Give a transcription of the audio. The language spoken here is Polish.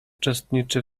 uczestniczy